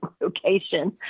location